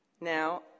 now